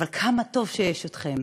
אבל כמה טוב שיש אתכם.